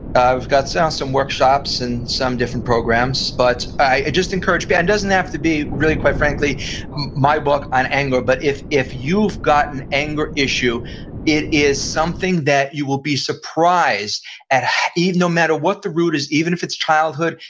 i've got some some workshops and some different programs, but i just encourage, it and doesn't have to be really quite frankly my book on anger but if if you've got an anger issue it is something that you will be surprised at even no matter what the root is, even if it's childhood,